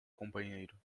companheiro